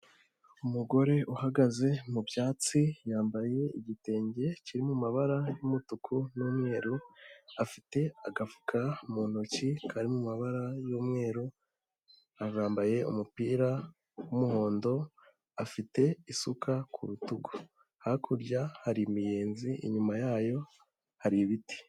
Umugore uhagaze mu byatsi yambaye igitenge kiri mu mabara y'umutuku n'umweru. Afite agafuka mu ntoki kari mu mabara y'umweru. Arambaye umupira w'umuhondo, afite isuka ku rutugu. Hakurya hari imiyenzi, inyuma yayo hari ibiti.